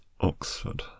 oxford